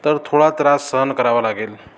तर थोडा त्रास सहन करावा लागेल